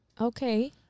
Okay